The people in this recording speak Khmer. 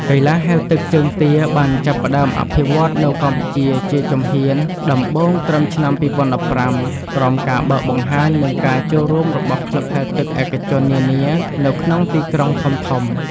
កីឡាហែលទឹកជើងទាបានចាប់ផ្តើមអភិវឌ្ឍនៅកម្ពុជាជាជំហានដំបូងត្រឹមឆ្នាំ ២០១៥ ក្រោមការបើកបង្ហាញ និងការចូលរួមរបស់ក្លឹបហែលទឹកឯកជននានានៅក្នុងទីក្រុងធំៗ។